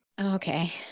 Okay